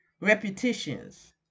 repetitions